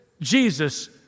Jesus